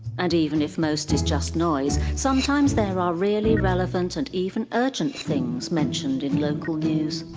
and even if most is just noise, sometimes there are really relevant and even urgent things mentioned in local news.